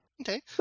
Okay